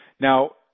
Now